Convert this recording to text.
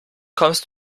kommst